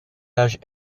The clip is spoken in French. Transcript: âge